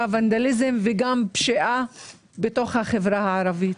ונדליזם וגם פשיעה בתוך החברה הערבית.